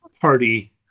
party